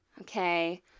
okay